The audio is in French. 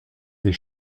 des